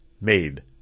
made